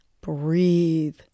breathe